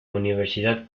universidad